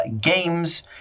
games